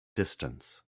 distance